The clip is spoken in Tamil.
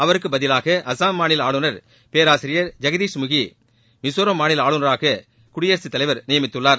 அவரக்கு பதிலாக அசாம் மாநில ஆளுநர் பேராசிரியர் ஜெக்தீஷ் முகி மிசோரம் மாநில ஆளுராக குடியரசுத் தலைவர் நியமித்துள்ளார்